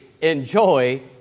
enjoy